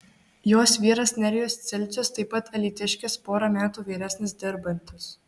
jos vyras nerijus cilcius taip pat alytiškis pora metų vyresnis dirbantis